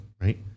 right